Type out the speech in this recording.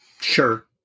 Sure